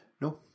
No